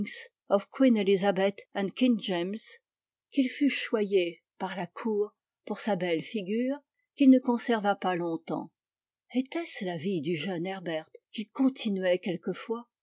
and king james qu il fut choyé par la cour pour sa belle figure qu'il ne conserva pas longtemps etait-ce la vie du jeune herbert qu'il continuait quelquefois